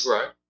Right